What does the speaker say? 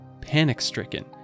panic-stricken